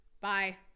Bye